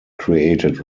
created